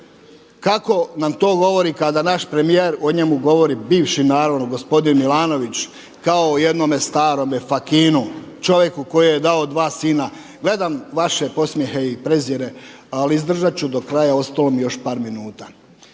Kako nam to govori kada naš premijer o njemu govori bivši naravno gospodin Milanović kao o jednome starome fakinu, čovjeku koji je dao 2 sina. Gledam vaše podsmjehe i prezire, ali izdržat ću do kraja. Ostalo mi je još par minuta.